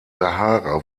sahara